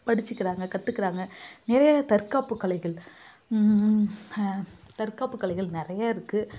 படிச்சுக்கிறாங்க கற்றுக்கிறாங்க நிறையா தற்காப்பு கலைகள் தற்காப்பு கலைகள் நிறைய இருக்குது